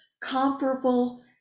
comparable